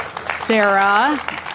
Sarah